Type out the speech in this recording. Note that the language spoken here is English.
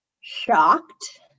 shocked